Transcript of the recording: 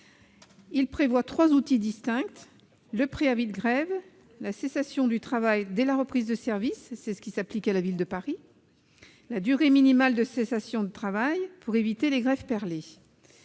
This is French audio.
Trois outils distincts sont prévus : le préavis de grève, la cessation du travail dès la reprise de service- ce qui s'applique à la Ville de Paris -et une durée minimale de cessation du travail pour éviter les grèves perlées.